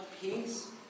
peace